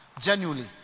Genuinely